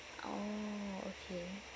oh okay